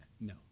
No